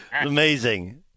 Amazing